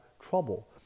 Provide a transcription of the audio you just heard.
trouble